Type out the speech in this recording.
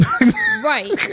Right